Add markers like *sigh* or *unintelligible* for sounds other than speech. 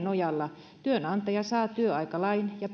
*unintelligible* nojalla työnantaja saa työaikalain ja *unintelligible*